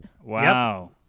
Wow